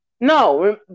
No